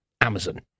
Amazon